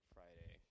Friday